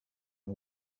and